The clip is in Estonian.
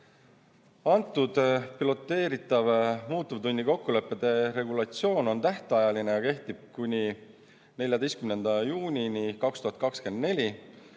Antud piloteeritav muutuvtunni kokkulepete regulatsioon on tähtajaline ja kehtib kuni 14. juunini 2024.